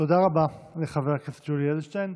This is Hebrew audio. תודה רבה לחבר הכנסת יולי אדלשטיין.